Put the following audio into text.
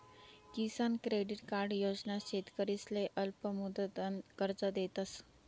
किसान credit card योजना शेतकरीसले अल्पमुदतनं कर्ज देतस